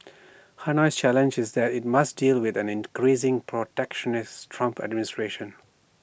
Hanoi's challenge is that IT must deal with an increasingly protectionist Trump administration